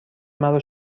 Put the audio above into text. مرا